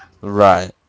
Right